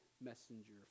messenger